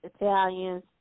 Italians